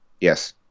Yes